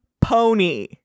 pony